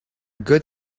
good